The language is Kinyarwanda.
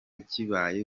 kibaye